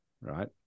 right